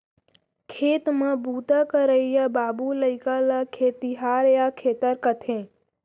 खेत म बूता करइया बाबू लइका ल खेतिहार या खेतर कथें